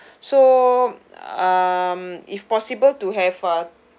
so um if possible to have uh